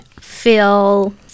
feel